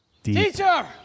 Teacher